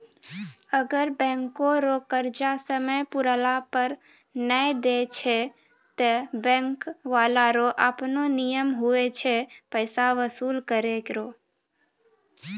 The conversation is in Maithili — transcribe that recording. अगर बैंको रो कर्जा समय पुराला पर नै देय छै ते बैंक बाला रो आपनो नियम हुवै छै पैसा बसूल करै रो